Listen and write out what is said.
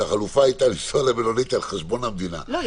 שהחלופה הייתה לנסוע למלונית על חשבון המדינה --- לא.